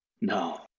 No